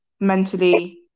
mentally